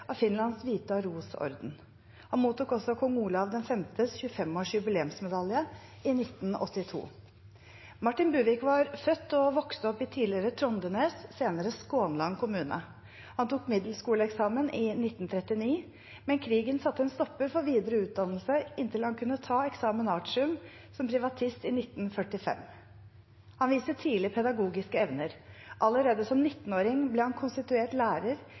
av Finlands Vita Ros’ orden. Han mottok også Kong Olav Vs 25-års jubileumsmedalje i 1982. Martin Buvik var født og vokste opp i tidligere Trondenes, senere Skånland kommune. Han tok middelskoleeksamen i 1939, men krigen satte en stopper for videre utdannelse inntil han kunne ta Examen artium som privatist i 1945. Han viste tidlig pedagogiske evner. Allerede som 19-åring ble han konstituert lærer